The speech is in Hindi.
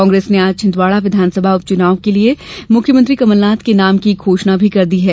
कांग्रेस ने आज छिंदवाड़ा विधानसभा उपचुनाव के लिये मुख्यमंत्री कमलनाथ के नाम की घोषणा भी कर दी है